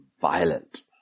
violent